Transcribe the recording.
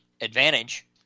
advantage